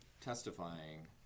testifying